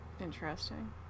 Interesting